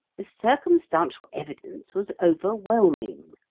the circumstantial evidence was overwhelming.